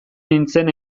nintzen